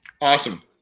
Awesome